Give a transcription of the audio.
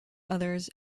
others